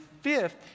fifth